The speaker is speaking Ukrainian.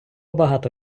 багато